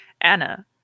Anna